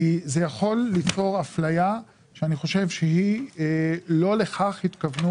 כי זה יכול ליצור אפליה שאני חושב שלא לכך התכוונו,